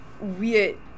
Weird